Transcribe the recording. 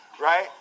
Right